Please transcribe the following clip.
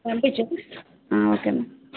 పంపించండి ఓకే అండి